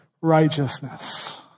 righteousness